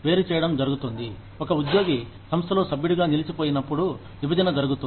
వేరు చేయడం జరుగుతుంది ఒక ఉద్యోగి సంస్థలో సభ్యుడిగా నిలిచిపోయిన ప్పుడు విభజన జరుగుతుంది